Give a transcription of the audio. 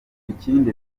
ikindi